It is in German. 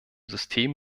system